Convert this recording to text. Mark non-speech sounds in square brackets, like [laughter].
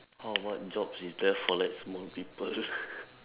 uh what jobs is there for like small people [laughs]